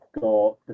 got